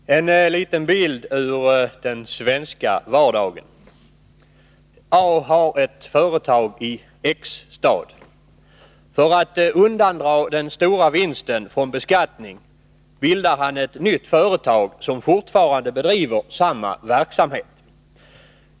Herr talman! En liten bild ur den svenska vardagen: A har ett företag i X-stad. För att undandra företagets stora vinst från beskattning bildar han ett nytt företag, som fortsätter den verksamhet som bedrevs av det gamla.